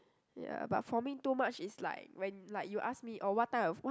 ya but for me too much is like when like you ask me oh what time of what